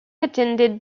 attended